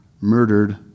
murdered